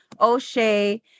O'Shea